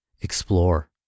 explore